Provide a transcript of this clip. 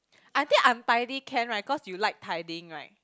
I think untidy can right cause you like tidying right